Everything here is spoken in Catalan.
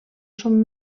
són